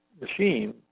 machine